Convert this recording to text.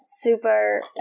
super